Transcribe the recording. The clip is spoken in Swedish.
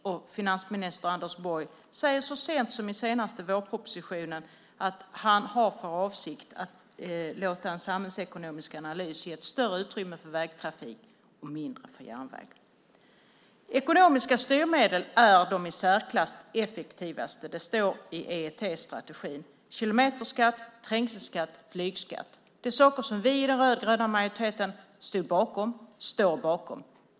Så sent som i den senaste vårpropositionen säger finansminister Anders Borg att han har för avsikt att låta en samhällsekonomisk analys ge ett större utrymme för vägtrafik och ett mindre utrymme för järnväg. Ekonomiska styrmedel är i särklass effektivast. Det står så i EET-strategin. Kilometerskatt, trängselskatt och flygskatt är saker som vi i den rödgröna majoriteten stått bakom och som vi står bakom.